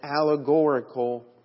allegorical